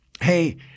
hey